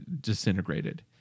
disintegrated